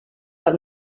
del